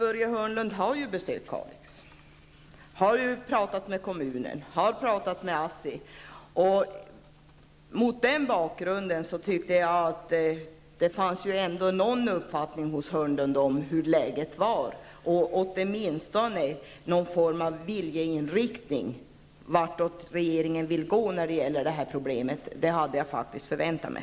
Börje Hörnlund har besökt Kalix och har talat med företrädare för kommunen och för ASSI. Mot den bakgrunden tyckte jag att Börje Hörnlund ändå borde ha någon uppfattning om läget eller åtminstone borde kunna ange någon form av viljeinriktning för regeringen i detta sammanhang. Det hade jag faktiskt förväntat mig.